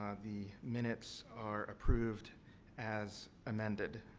the minutes are approved as amended.